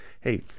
Hey